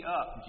up